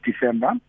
December